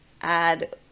add